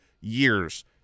years